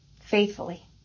faithfully